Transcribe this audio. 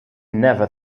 never